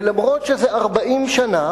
ואף שזה נמשך כבר 40 שנה,